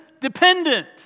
dependent